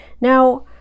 now